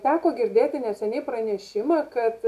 teko girdėti neseniai pranešimą kad